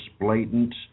blatant